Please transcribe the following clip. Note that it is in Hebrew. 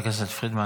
חברת הכנסת פרידמן,